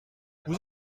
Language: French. vous